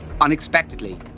Unexpectedly